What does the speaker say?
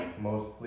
mostly